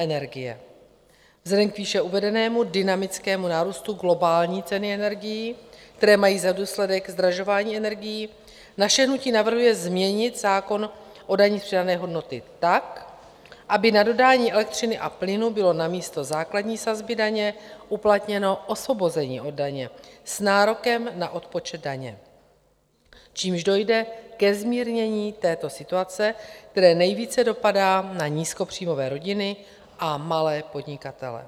Vzhledem k výše uvedenému dynamickému nárůstu globální ceny energií, které mají za důsledek zdražování energií, naše hnutí navrhuje změnit zákon o dani z přidané hodnoty tak, aby na dodání elektřiny a plynu bylo namísto základní sazby daně uplatněno osvobození od daně s nárokem na odpočet daně, čímž dojde ke zmírnění této situace, která nejvíce dopadá na nízkopříjmové rodiny a malé podnikatele.